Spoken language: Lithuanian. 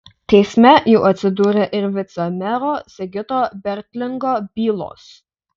teisme jau atsidūrė ir vicemero sigito bertlingo bylos